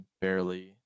barely